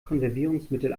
konservierungsmittel